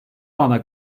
ana